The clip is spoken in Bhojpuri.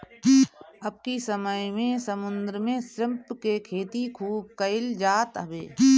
अबकी समय में समुंदर में श्रिम्प के खेती खूब कईल जात हवे